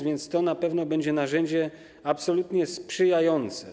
Więc to na pewno będzie narzędzie absolutnie sprzyjające.